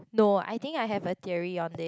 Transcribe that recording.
no I think I have a theory on it